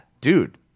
dude